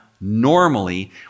normally